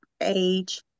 age